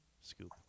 scoop